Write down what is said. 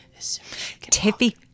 Tiffy